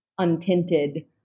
untinted